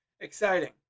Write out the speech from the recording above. Exciting